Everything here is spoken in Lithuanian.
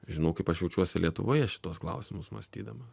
žinau kaip aš jaučiuosi lietuvoje šituos klausimus mąstydamas